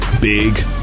big